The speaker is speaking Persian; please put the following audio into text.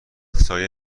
سایه